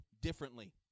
differently